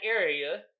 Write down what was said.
area